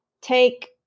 take